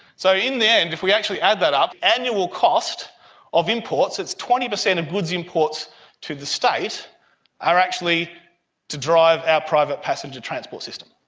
so in the end if we actually add that up, annual cost of imports, it's twenty percent of goods imports to the state are actually to drive our private passenger transport system.